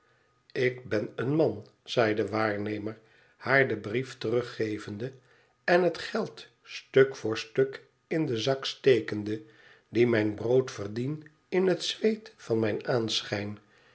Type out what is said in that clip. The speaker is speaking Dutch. ik ben een man zei de waarnemer haar den brief teruggevende en het geld stuk voor stuk in den zak stekende tdie mijn brood verdien in het zweet van mijn aanschijn